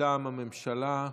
מטעם הממשלה,